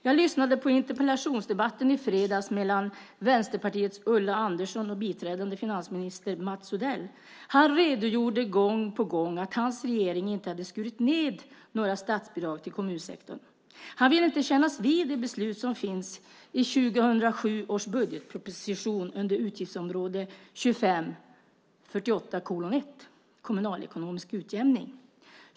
Jag lyssnade på interpellationsdebatten i fredags mellan Vänsterpartiets Ulla Andersson och biträdande finansminister Mats Odell. Han redogjorde gång på gång för att hans regering inte hade skurit ned några statsbidrag till kommunsektorn. Han ville inte kännas vid det beslut som finns i 2007 års budgetproposition under utgiftsområde 25, 48:1, Kommunalekonomisk utjämning.